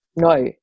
No